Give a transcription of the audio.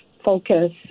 focus